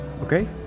Okay